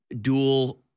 dual